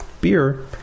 beer